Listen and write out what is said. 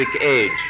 age